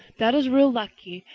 that is real lucky,